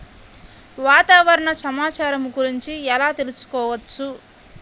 వాతావరణ సమాచారము గురించి ఎలా తెలుకుసుకోవచ్చు?